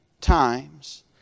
times